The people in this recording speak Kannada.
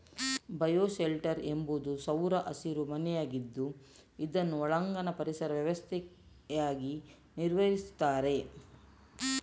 ಬಯೋ ಶೆಲ್ಟರ್ ಎನ್ನುವುದು ಸೌರ ಹಸಿರು ಮನೆಯಾಗಿದ್ದು ಇದನ್ನು ಒಳಾಂಗಣ ಪರಿಸರ ವ್ಯವಸ್ಥೆಯಾಗಿ ನಿರ್ವಹಿಸ್ತಾರೆ